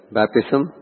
baptism